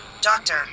Doctor